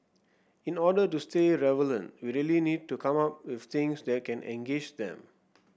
in order to stay relevant we really need to come up with things that can engage them